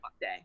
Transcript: day